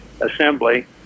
Assembly